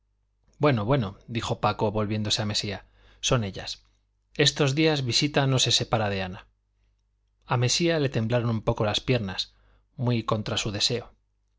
sé bueno bueno dijo paco volviéndose a mesía son ellas estos días visita no se separa de ana a mesía le temblaron un poco las piernas muy contra su deseo